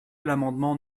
l’amendement